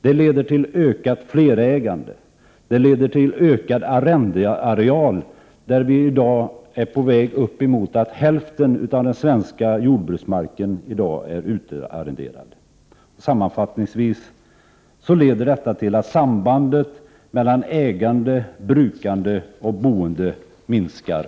Det leder till ökat flerägande. Det leder till ökad arrendeareal. Vi är i dag på väg mot att hälften av den svenska jordbruksmarken är utarrenderad. Sammanfattningsvis leder detta till att sambandet mellan ägande, brukan Prot. 1988/89:60 de och boende hela tiden minskar.